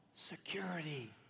Security